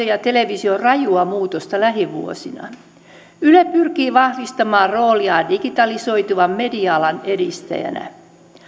ja television rajua muutosta lähivuosina yle pyrkii vahvistamaan rooliaan digitalisoituvan media alan edistäjänä